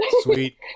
Sweet